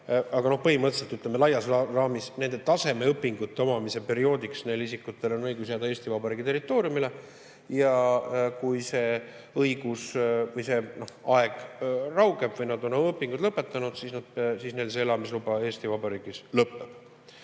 aga põhimõtteliselt laias raamis tasemeõpingute perioodiks neil isikutel on õigus jääda Eesti Vabariigi territooriumile. Ja kui see õigus või see aeg raugeb või nad on oma õpingud lõpetanud, siis neil see elamisluba Eesti Vabariigis lõppeb.